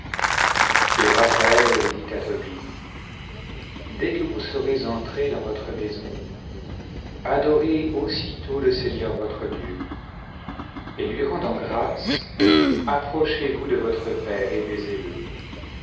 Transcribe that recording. et raphaël dit à tobie dès que vous serez eutré dans votre maison adorez aussitôt le seigneur votre dieu et lui rendant grâces approchez vous de votre père et